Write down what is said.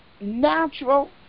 Natural